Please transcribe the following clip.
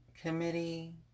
committee